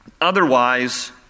otherwise